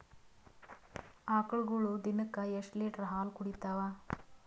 ಆಕಳುಗೊಳು ದಿನಕ್ಕ ಎಷ್ಟ ಲೀಟರ್ ಹಾಲ ಕುಡತಾವ?